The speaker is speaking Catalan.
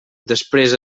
després